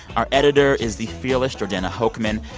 our editor is the fearless jordana hochman.